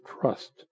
trust